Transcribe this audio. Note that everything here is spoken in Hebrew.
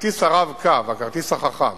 כרטיס "רב-קו", הכרטיס החכם